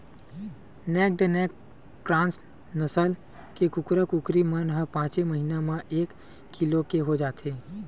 naked neck cross नसल के कुकरा, कुकरी मन ह पाँचे महिना म एक किलो के हो जाथे